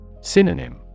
Synonym